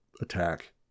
attack